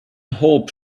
hope